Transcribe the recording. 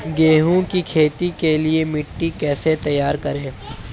गेहूँ की खेती के लिए मिट्टी कैसे तैयार करें?